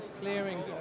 clearing